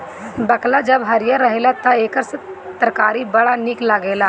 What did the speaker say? बकला जब हरिहर रहेला तअ एकर तरकारी बड़ा निक लागेला